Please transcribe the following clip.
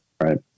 Right